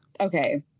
okay